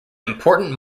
important